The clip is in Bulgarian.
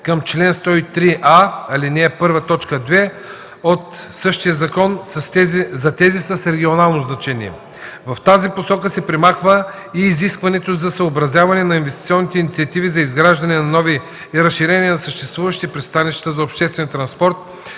към чл. 103а, ал. 1, т. 2 от същия закон (за тези с регионално значение). В тази посока се премахва и изискването за съобразяване на инвестиционните инициативи за изграждане на нови и разширение на съществуващи пристанища за обществен транспорт